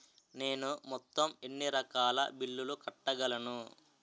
నేను మొత్తం ఎన్ని రకాల బిల్లులు కట్టగలను?